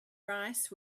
rice